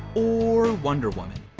or wonderwoman.